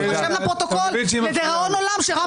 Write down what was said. יירשם לפרוטוקול לדיראון עולם שלרם